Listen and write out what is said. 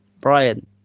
Brian